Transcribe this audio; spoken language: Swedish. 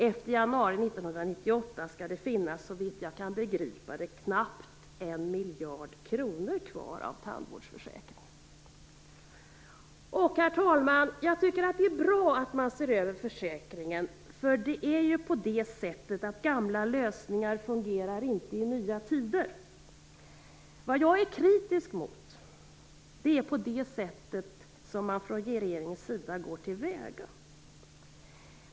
Efter januari 1998 skall det, såvitt jag begriper, finnas knappt 1 miljard kronor kvar när det gäller tandvårdsförsäkringen. Det är bra att man ser över försäkringen. Gamla lösningar fungerar ju inte i nya tider. Jag är dock kritisk mot det sätt på vilket man från regeringens sida går till väga.